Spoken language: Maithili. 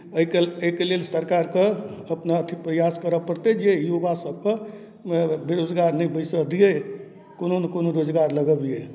एहिके एहिके लेल सरकारके अपना अथि प्रयास करय पड़तै जे युवासभकेँ बेरोजगार नहि बैसय दियै कोनो नहि कोनो रोजगार लगबियै